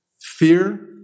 Fear